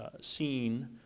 seen